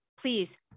please